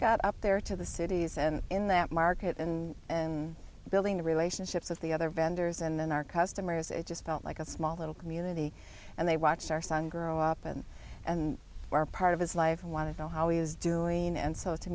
got up there to the cities and in that market and and building relationships with the other vendors and then our customers it just felt like a small little community and they watched our son grow up and were part of his life and want to know how he was doing and so to